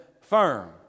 firm